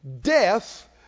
death